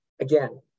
again